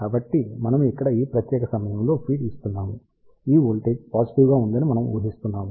కాబట్టి మనము ఇక్కడ ఈ ప్రత్యేక సమయంలో ఫీడ్ ఇస్తున్నాము ఈ వోల్టేజ్ పాజిటివ్ గా ఉందని మనము ఊహిస్తున్నాము